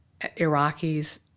Iraqis